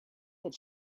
that